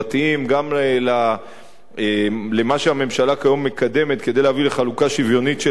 גם על מה שהממשלה כיום מקדמת כדי להביא לחלוקה שוויונית של הנטל,